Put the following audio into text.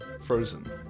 frozen